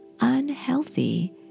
unhealthy